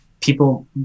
people